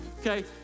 okay